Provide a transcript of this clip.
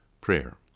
Prayer